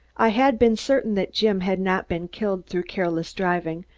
i had been certain that jim had not been killed through careless driving,